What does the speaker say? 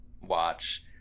watch